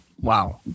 Wow